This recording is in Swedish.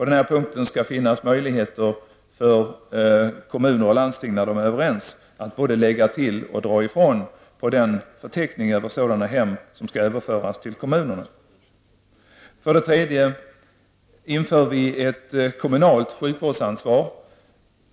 Det skall finnas möjligheter för kommuner och landsting, när de är överens, att både lägga till och dra ifrån i den förteckning över sådana hem som skall överföras till kommunerna. 3. Vi inför ett kommunalt sjukvårdsansvar.